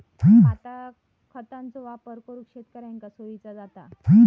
पातळ खतांचो वापर करुक शेतकऱ्यांका सोयीचा जाता